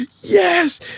yes